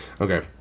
Okay